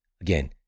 again